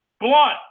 Blunt